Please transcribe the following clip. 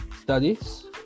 studies